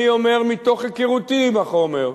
אני אומר מתוך היכרותי עם החומר: